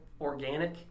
organic